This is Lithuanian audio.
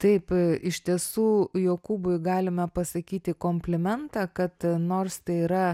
taip iš tiesų jokūbui galime pasakyti komplimentą kad nors tai yra